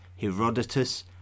Herodotus